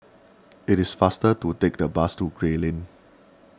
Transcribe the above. it is faster to take the bus to Gray Lane